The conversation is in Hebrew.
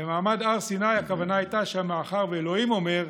במעמד הר סיני הכוונה הייתה שמאחר שה' אומר,